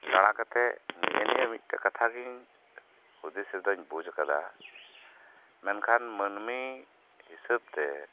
ᱫᱟᱲᱟ ᱠᱟᱛᱮᱫ ᱱᱤᱛᱚᱜ ᱱᱤᱭᱟᱹ ᱢᱤᱫᱴᱮᱡ ᱠᱟᱛᱷᱟ ᱜᱮᱧ ᱦᱩᱫᱤᱥᱮᱫᱟ ᱵᱩᱡ ᱟᱠᱟᱫᱟ ᱢᱮᱱᱠᱷᱟᱱ ᱢᱟᱹᱢᱤ ᱦᱤᱥᱟᱹᱵ ᱛᱮ